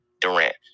Durant